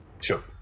Sure